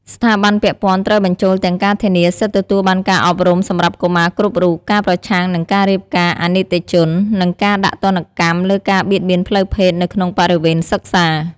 ស្ថាប័នពាក់ព័ន្ធត្រូវបញ្ចូលទាំងការធានាសិទ្ធិទទួលបានការអប់រំសម្រាប់កុមារគ្រប់រូប ការប្រឆាំងនឹងការរៀបការអនីតិជន និងការដាក់ទណ្ឌកម្មលើការបៀតបៀនផ្លូវភេទនៅក្នុងបរិយាវេនសិក្សា។